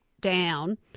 down